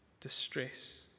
distress